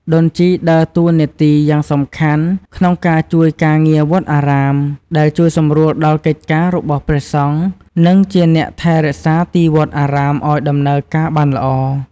ដូនជីដើរតួនាទីយ៉ាងសំខាន់ក្នុងការជួយការងារវត្តអារាម ដែលជួយសម្រួលដល់កិច្ចការរបស់ព្រះសង្ឃ និងជាអ្នកថែរក្សាទីវត្តអារាមអោយដំណើរការបានល្អ។